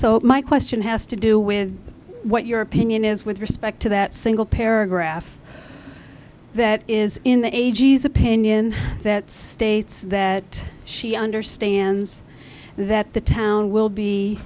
so my question has to do with what your opinion is with respect to that single paragraph that is in the a g s opinion that states that she understands that the town will be